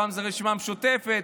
פעם זה הרשימה המשותפת,